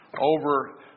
over